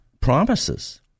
promises